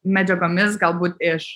medžiagomis galbūt iš